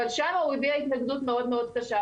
אבל שם הוא הביע התנגדות מאוד מאוד קשה,